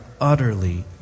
utterly